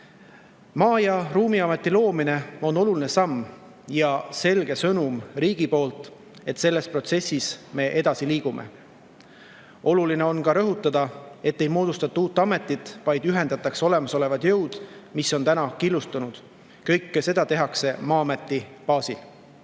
Maa‑ ja Ruumiameti loomine on oluline samm ja selge sõnum riigi poolt, et me liigume selles protsessis edasi. Oluline on ka rõhutada, et ei moodustata uut ametit, vaid ühendatakse olemasolevad jõud, mis on täna killustunud. Kõike seda tehakse Maa-ameti baasil.